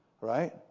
right